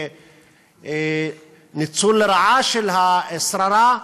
ניצול לרעה של השררה,